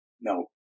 no